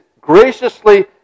graciously